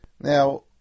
Now